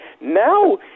Now